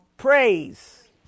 Praise